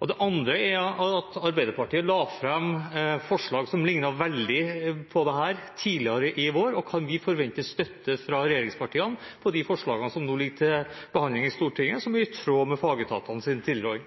Det andre er at Arbeiderpartiet la fram forslag som lignet veldig på dette, tidligere i vår. Kan vi forvente støtte fra regjeringspartiene til de forslagene som nå ligger til behandling i Stortinget, som er i tråd med fagetatenes tilråding?